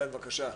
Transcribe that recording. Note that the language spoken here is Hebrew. כן, בבקשה.